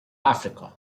africa